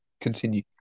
Continue